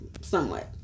somewhat